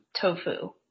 tofu